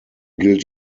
gilt